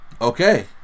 Okay